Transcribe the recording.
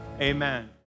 Amen